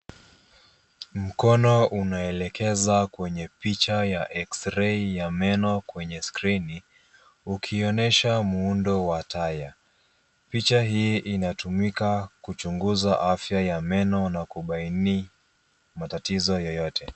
Mkono unaelekeza kwenye picha ya eks-rei ya meno kwenye skrini, ukionyesha muundo wa taya. Picha hii inatumika kuchunguza afya ya meno na kubaini matatizo yoyote.